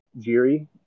Jiri